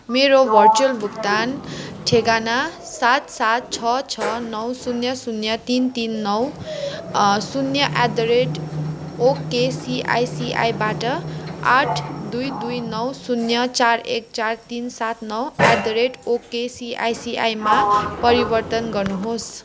मेरो भर्चुअल भुक्तान ठेगाना सात सात छ छ नौ शून्य शून्य तिन तिन नौ शून्य एट दि रेट ओकेसिआइसिआईबाट आठ दुई दुई नौ शून्य चार एक चार तिन सात नौ एट दि रेट ओकेसिआइसिआईमा परिवर्तन गर्नुहोस्